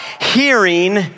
hearing